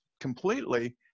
completely